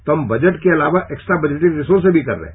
तो हम बजट के अलावा एक्सट्रा बजटिंग रिसोर्सिज भी कर रहे हैं